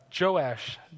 Joash